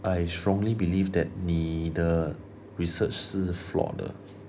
I strongly believe that 你的 research 是 flawed 的